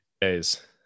days